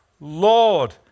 Lord